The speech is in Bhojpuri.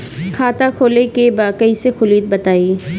खाता खोले के बा कईसे खुली बताई?